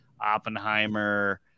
Oppenheimer